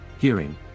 hearing